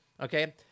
Okay